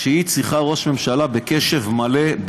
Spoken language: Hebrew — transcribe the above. שצריכה ראש ממשלה בקשב מלא,